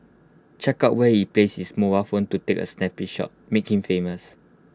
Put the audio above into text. check out where he placed his mobile phone to take A sneaky shot make him famous